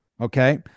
Okay